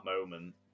moment